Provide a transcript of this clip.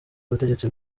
ubutegetsi